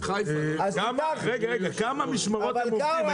כמה משמרות הם עובדים?